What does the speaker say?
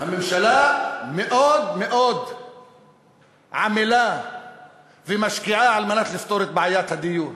הממשלה מאוד מאוד עמלה ומשקיעה על מנת לפתור את בעיית הדיור.